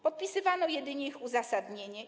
Podpisywano jedynie ich uzasadnienie.